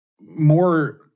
more